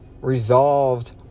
resolved